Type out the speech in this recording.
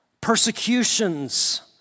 persecutions